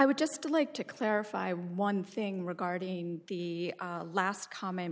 i would just like to clarify one thing regarding the last comment